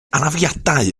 anafiadau